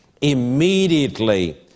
Immediately